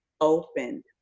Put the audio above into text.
open